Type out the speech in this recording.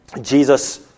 Jesus